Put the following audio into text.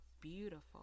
beautiful